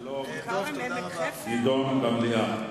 שלום תידון במליאה.